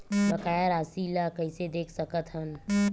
बकाया राशि ला कइसे देख सकत हान?